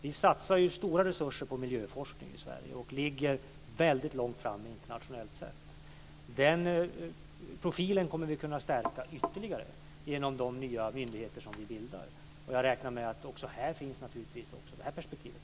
Vi satsar stora resurser på miljöforskning i Sverige och ligger väldigt långt framme internationellt sett. Den profilen kommer vi att kunna stärka ytterligare genom de nya myndigheter som vi bildar. Jag räknar med att det perspektivet också finns med här.